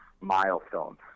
milestones